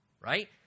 right